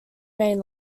main